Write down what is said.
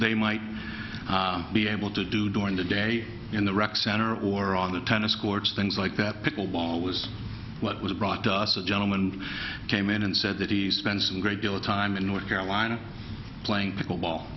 they might be able to do during the day in the rec center or on the tennis courts things like that pickle ball was what was brought to us a gentleman came in and said that he spends a great deal of time in north carolina playing pickle ball